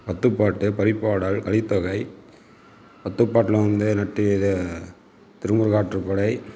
பத்துப்பாட்டு பரிப்பாடல் கலித்தொகை பத்துப்பாட்டில் வந்து இது திருமுருகாற்றுப்படை